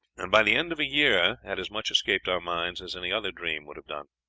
and by the end of a year had as much escaped our minds as any other dream would have done.